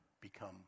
become